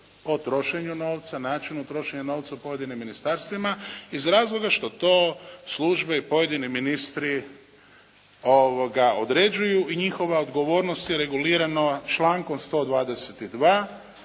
o trošenju novca, načinu trošenja novca u pojedinim ministarstvima iz razloga što to službe i pojedini ministri određuju i njihova odgovornost je regulirana člankom 122.